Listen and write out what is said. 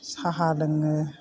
साहा लोङो